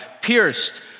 pierced